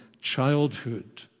childhood